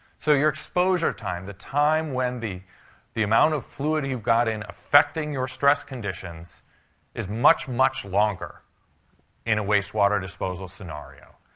so your exposure time, the time when the the amount of fluid you've got in affecting your stress conditions is much, much longer in a wastewater disposal scenario.